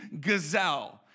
gazelle